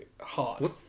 hard